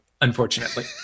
unfortunately